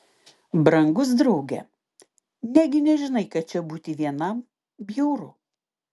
brangus drauge negi nežinai kad čia būti vienam bjauru